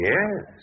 Yes